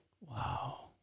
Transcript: Wow